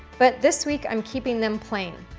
but this week i'm keeping them plain.